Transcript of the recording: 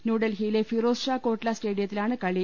ന്യൂഡൽഹി യിലെ ഫിറോസ് ഷാ കോട്ലാ സ്റ്റേഡിയത്തിലാണ് കളി